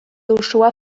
osoa